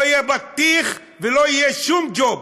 לא יהיה בטיח ולא יהיה שום ג'וב.